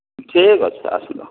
ଠିକ ଅଛି ଆସନ୍ତୁ